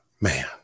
Man